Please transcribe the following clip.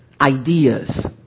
ideas